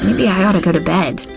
maybe i ought to get to bed.